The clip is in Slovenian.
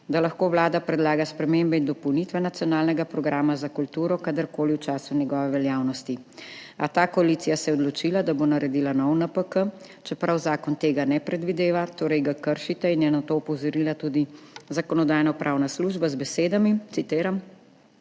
da lahko vlada predlaga spremembe in dopolnitve nacionalnega programa za kulturo kadarkoli v času njegove veljavnosti. A ta koalicija se je odločila, da bo naredila nov NPK, čeprav zakon tega ne predvideva, torej ga kršite, in je na to opozorila tudi Zakonodajno-pravna služba z besedami, citiram: